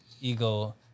ego